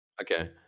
okay